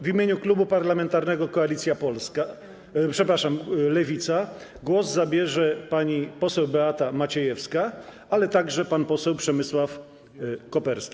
W imieniu klubu parlamentarnego Koalicja Polska... przepraszam, Lewica głos zabiorą pani poseł Beata Maciejewska, a także pan poseł Przemysław Koperski.